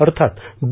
अर्थात बी